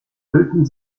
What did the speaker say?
füllten